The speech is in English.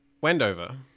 wendover